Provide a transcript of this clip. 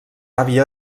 havia